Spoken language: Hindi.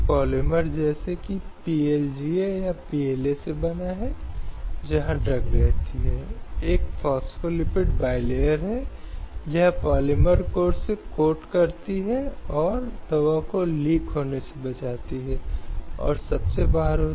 भारतीय रेलवे को उत्तरदायी ठहराया गया था और उसके जीवन और गरिमा के उल्लंघन के लिए 10 लाख रुपये की राशि मुआवजे के रूप में देने का निर्देश दिया गया था जो उसके साथ हुए बलात्कार के कारण हुआ था